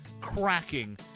cracking